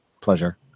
pleasure